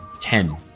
Ten